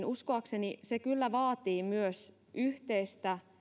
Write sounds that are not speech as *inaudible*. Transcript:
*unintelligible* uskoakseni se kyllä vaatii myös yhteistä